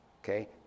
Okay